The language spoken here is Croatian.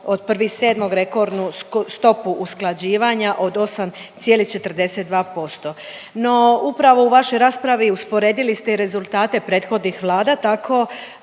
od 1.7. rekordnu stopu usklađivanja od 8,42%. No upravo u vašoj raspravi usporedili ste i rezultate prethodnih Vlada, tako